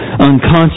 unconscious